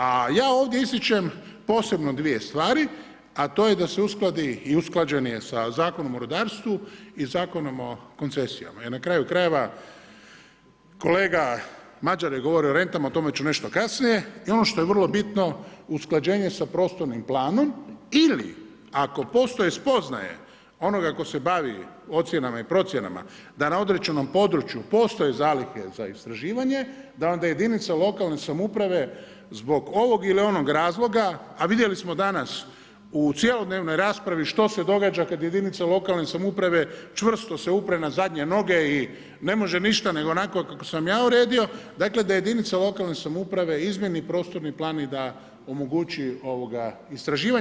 A ja ovdje ističem posebno dvije stvari, a to je da se uskladi i usklađen je sa Zakonom o rudarstvu i Zakonom o koncesijama jer na kraju krajeva kolega Mađar je govorio o rentama, o tome ću nešto kasnije i ono što je vrlo bitno usklađenje sa prostornim planom ili ako postoje spoznaje onoga tko se bavi ocjenama i procjenama da na određenom području postoje zalihe za istraživanje, da onda jedinice lokalne samouprave zbog ovog ili onog razloga, a vidjeli smo danas u cjelodnevnoj raspravi što se događa kada jedinica lokalne samouprave čvrsto se upre na zadnje noge i ne može ništa nego kako sam ja uredio, dakle da jedinica lokalne samouprave izmijeni prostorni plan i da omogući istraživanje.